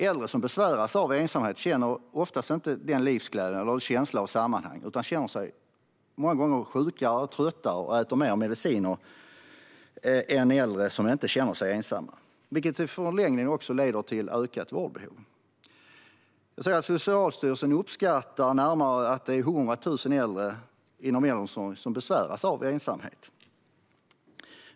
Äldre som besväras av ensamhet känner ofta inte en livsglädje eller en känsla av sammanhang, utan de känner sig många gånger sjukare och tröttare och äter mer mediciner än äldre som inte känner sig ensamma. Detta leder i förlängningen till ett ökat vårdbehov. Socialstyrelsen uppskattar att det är närmare 100 000 äldre inom äldreomsorgen som besväras av ensamhet.